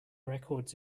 records